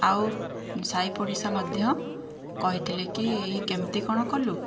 ଆଉ ସାଇପଡ଼ିଶା ମଧ୍ୟ କହିଥିଲେ କି ଇଏ କେମିତି କ'ଣ କଲୁ